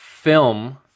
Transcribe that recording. Film